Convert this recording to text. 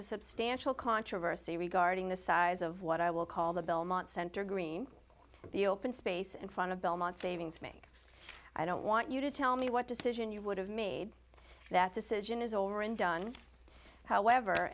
a substantial controversy regarding the size of what i will call the belmont center green and the open space and fun of belmont savings make i don't want you to tell me what decision you would have made that decision is over and done however